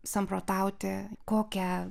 samprotauti kokią